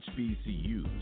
HBCUs